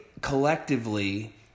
collectively